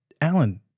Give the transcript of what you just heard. Alan